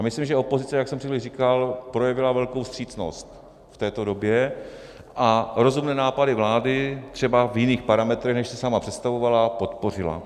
Myslím, že opozice, jak už jsem říkal, projevila velkou vstřícnost v této době a rozumné nápady vlády třeba v jiných parametrech, než si sama představovala, podpořila.